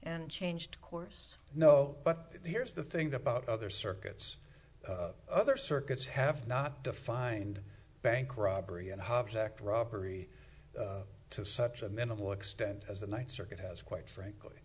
and changed course no but here's the thing about other circuits other circuits have not defined bank robbery and hobbs act robbery to such a minimal extent as the night circuit has quite